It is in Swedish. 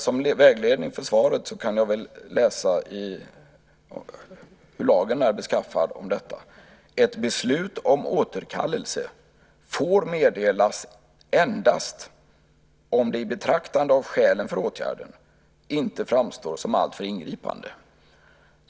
Som vägledning för svaret kan jag läsa hur lagen ser ut när det gäller detta: Ett beslut om återkallelse får meddelas endast om det i betraktande av skälen för åtgärden inte framstår som alltför ingripande.